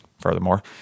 furthermore